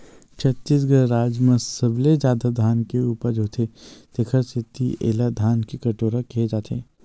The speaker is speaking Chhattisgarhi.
छत्तीसगढ़ राज म सबले जादा धान के उपज होथे तेखर सेती एला धान के कटोरा केहे जाथे